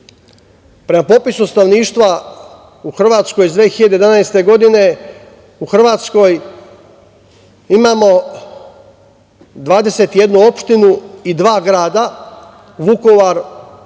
popisu stanovništva u Hrvatskoj iz 2011. godine u Hrvatskoj imamo 21 opštinu i dva grada Vukovar